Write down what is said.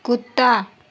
कुत्ता